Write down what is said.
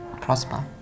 prosper